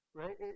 right